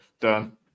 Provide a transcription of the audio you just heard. done